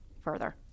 further